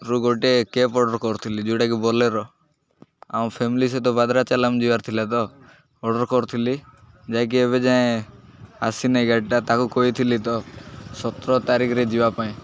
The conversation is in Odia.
ରୁ ଗୋଟେ କ୍ୟାବ୍ ଅର୍ଡର୍ କରିଥିଲି ଯୋଉଟାକି ବୋଲେରୋ ଆମ ଫ୍ୟାମିଲି ସହିତ ଭାଦ୍ରାଚାଲାମ୍ ଯିବାର ଥିଲା ତ ଅର୍ଡର୍ କରିଥିଲି ଯାଇକି ଏବେ ଯାଏ ଆସିନାଇ ଗାଡ଼ିଟା ତାକୁ କହିଥିଲି ତ ସତର ତାରିଖରେ ଯିବା ପାଇଁ